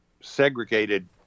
segregated